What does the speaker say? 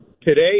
today